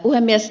puhemies